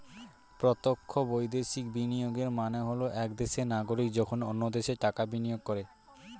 প্রত্যক্ষ বৈদেশিক বিনিয়োগের মানে হল এক দেশের নাগরিক যখন অন্য দেশে টাকা বিনিয়োগ করে